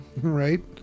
Right